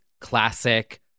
classic